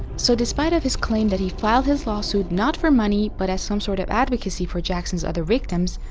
so, despite of his claim that he filed his lawsuit not for money but as some sort of advocacy for jackson's other victims,